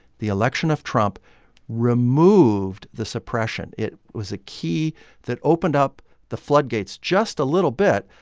the election of trump removed the suppression. it was a key that opened up the floodgates, just a little bit,